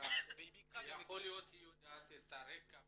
המשרד ויכול להיות שהיא יודעת את הרקע.